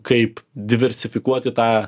kaip diversifikuoti tą